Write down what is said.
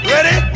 Ready